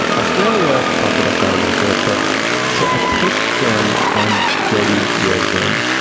australia. talked about that a little bit, but so i pushed them on jody rosen,